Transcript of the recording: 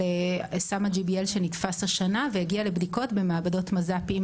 של סם ה-GBL שנתפס השנה והגיע לבדיקות במעבדות מז"פים,